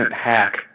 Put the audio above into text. hack